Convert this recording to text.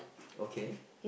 okay